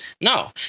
No